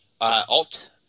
alt